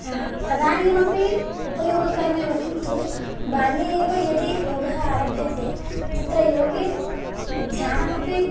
तदानीमपि उपयोगकरमेव किन्तु बाल्ये एव यदि योगः आरभ्यते तत्र योगे ध्यानमपि